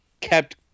kept